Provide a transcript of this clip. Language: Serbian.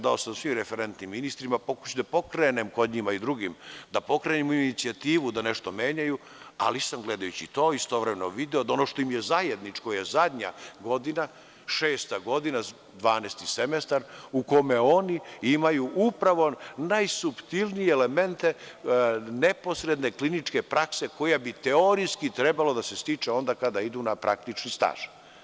Dao sam je svim referentnim ministrima, da pokrenemo inicijativu da nešto menjaju, ali sam gledajući to, istovremeno video da to što im je zajedničko je zadnja godina, šesta godina, 12 semestar u kome oni imaju najsuptilnije elemente neposredne kliničke prakse koja bi teorijski trebala da se stiče onda kada idu na praktični staž.